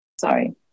sorry